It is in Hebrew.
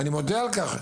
ואני מודה על כך,